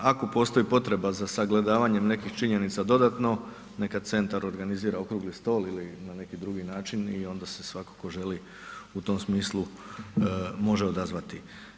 Ako postoji potreba za sagledavanjem nekih činjenica dodatno, neka centra organizira okrugli stol ili na neki drugi način i onda se svakako želi u tom smislu, može odazvati.